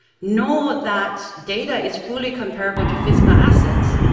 nor that data is fully comparable to physical assets.